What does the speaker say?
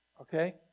Okay